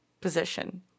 position